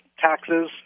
taxes